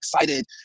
excited